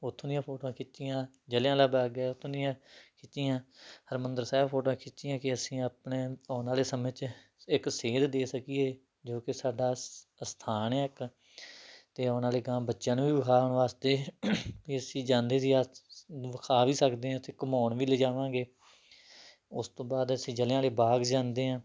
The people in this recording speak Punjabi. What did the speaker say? ਉੱਥੋਂ ਦੀਆਂ ਫੋਟੋਆਂ ਖਿੱਚੀਆਂ ਜਲ੍ਹਿਆਂਵਾਲਾ ਬਾਗ ਗਏ ਉੱਥੋਂ ਦੀਆਂ ਖਿੱਚੀਆਂ ਹਰਿਮੰਦਰ ਸਾਹਿਬ ਫੋਟੋਆਂ ਖਿੱਚੀਆਂ ਕਿ ਅਸੀਂ ਆਪਣੇ ਆਉਣ ਵਾਲੇ ਸਮੇਂ 'ਚ ਇੱਕ ਸੇਧ ਦੇ ਸਕੀਏ ਜੋ ਕਿ ਸਾਡਾ ਅਸਥਾਨ ਹੈ ਇੱਕ ਤੇ ਆਉਣ ਵਾਲੇ ਅਗਾਂਹ ਬੱਚਿਆਂ ਨੂੰ ਵੀ ਦਿਖਾਉਣ ਵਾਸਤੇ ਵੀ ਅਸੀਂ ਜਾਂਦੇ ਸੀ ਦਿਖਾ ਵੀ ਸਕਦੇ ਹਾਂ ਉੱਥੇ ਘੁਮਾਉਣ ਵੀ ਲੈ ਜਾਵਾਂਗੇ ਉਸ ਤੋਂ ਬਾਅਦ ਅਸੀਂ ਜਲ੍ਹਿਆਂਵਾਲੇ ਬਾਗ ਜਾਂਦੇ ਹਾਂ